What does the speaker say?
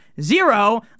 zero